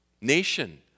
Nation